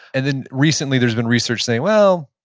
and then recently there's been research saying, well,